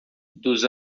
dos